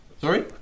Sorry